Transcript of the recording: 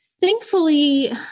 Thankfully